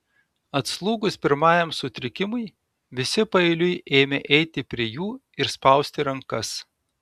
atslūgus pirmajam sutrikimui visi paeiliui ėmė eiti prie jų ir spausti rankas